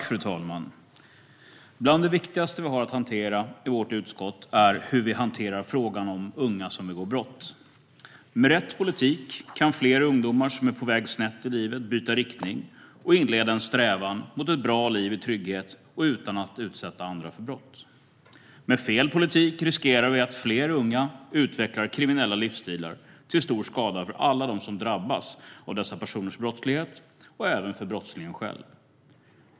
Fru talman! Bland det viktigaste vi har att hantera i vårt utskott är frågan om unga som begår brott. Med rätt politik kan fler ungdomar som är på väg snett i livet byta riktning och inleda en strävan mot ett bra liv i trygghet och utan att utsätta andra för brott. Med fel politik riskerar vi att fler unga utvecklar kriminella livsstilar till stor skada för alla dem som drabbas av dessa personers brottslighet och även för brottslingen själv.